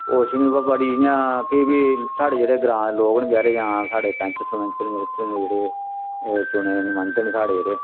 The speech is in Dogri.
होश बी बा बड़ी इयां फ्ही बी साढ़ै जेह्ड़े ग्रांऽ दे लोक न बचेरे जां इ'यां साढ़ै पैंच सरपैंच न इत्थे दे जेह्ड़े एह् चुने दे नुमायंदे न साढ़े जेह्ड़े